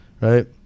right